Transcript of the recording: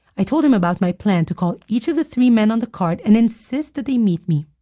i told him about my plan to call each of the three men on the card and insist that they meet me.